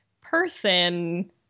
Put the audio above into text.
person